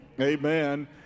Amen